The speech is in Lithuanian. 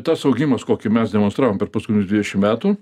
tas augimas kokį mes demonstravom per paskutinius dvidešimt metų